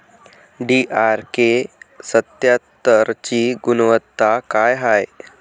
DRK सत्यात्तरची गुनवत्ता काय हाय?